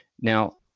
Now